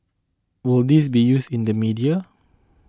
will this be used in the media